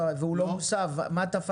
אם הצעצוע חוקי, והוא לא מוסב, מה תפסת?